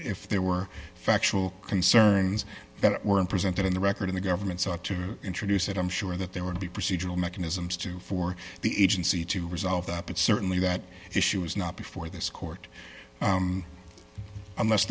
if there were factual concerns that were presented in the record in the government sought to introduce it i'm sure that there would be procedural mechanisms to for the agency to resolve that but certainly that issue is not before this court unless